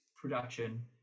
production